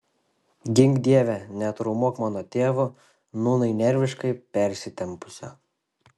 gink dieve netraumuok mano tėvo nūnai nerviškai persitempusio